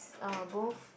uh both